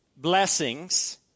blessings